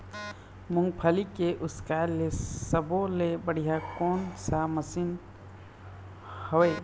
मूंगफली के उसकाय के सब्बो ले बढ़िया कोन सा मशीन हेवय?